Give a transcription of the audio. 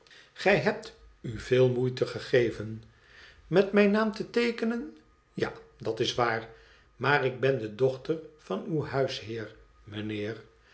gij hebt u veel moeite gegeven met mijn naam te teekenen ja dat is waar maar ik ben de dochter van uw huisheer mijnheer